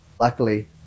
luckily